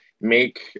make